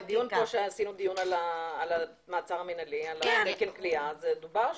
בדיון פה שעשינו על המעצר המנהלי זה דובר שם.